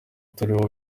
turiho